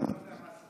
אני לא יודע מה זה.